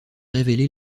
révéler